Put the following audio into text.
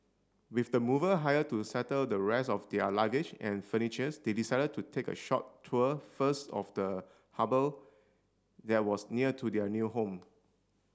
with the mover hired to settle the rest of their luggage and furnitures they decided to take a short tour first of the harbour there was near to their new home